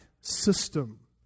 system